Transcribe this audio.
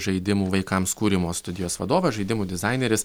žaidimų vaikams kūrimo studijos vadovas žaidimų dizaineris